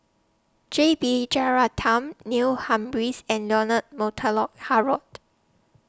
J B Jeyaretnam Neil Humphreys and Leonard Montague Harrod